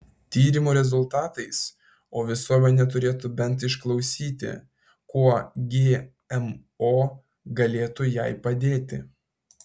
tyrimų rezultatais o visuomenė turėtų bent išklausyti kuo gmo galėtų jai padėti